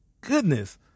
goodness